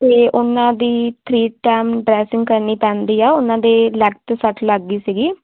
ਅਤੇ ਉਹਨਾਂ ਦੀ ਥ੍ਰੀ ਟੈਮ ਡਰੈਸਿੰਗ ਕਰਨੀ ਪੈਂਦੀ ਆ ਉਹਨਾਂ ਦੇ ਲੈਗ 'ਚ ਸੱਟ ਲੱਗ ਗਈ ਸੀਗੀ